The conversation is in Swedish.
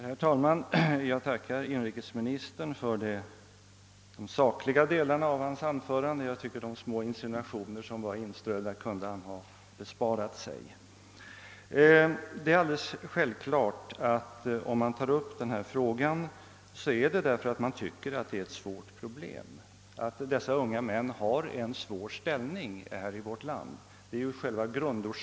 Herr talman! Jag tackar inrikesministern för vad han sade i de sakliga delarna av sitt anförande — de små insinuationer som var inströdda kunde han ha besparat sig. När man tar upp en fråga som denna är naturligtvis anledningen därtill att man tycker att den rör ett svårlöst problem och att dessa unga män har en besvärlig ställning i vårt land.